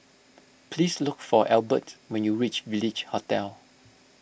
please look for Albert when you reach Village Hotel